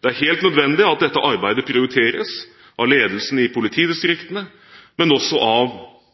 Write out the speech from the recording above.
Det er helt nødvendig at dette arbeidet prioriteres av ledelsen i politidistriktene, men også av